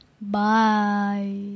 Bye